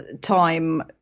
time